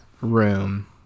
room